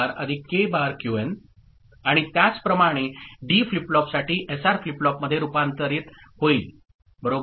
Qn आणि त्याचप्रमाणे D flip फ्लॉपसाठी एसआर फ्लिप फ्लॉप मध्ये रुपांतरित होईल ओके